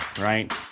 Right